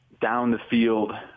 down-the-field